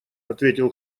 ответил